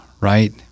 right